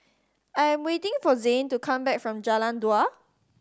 I am waiting for Zane to come back from Jalan Dua